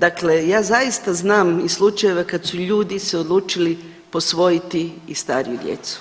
Dakle ja zaista znam i slučajeva kad su ljudi se odlučili posvojiti i stariju djeci